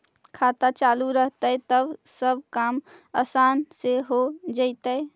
खाता चालु रहतैय तब सब काम आसान से हो जैतैय?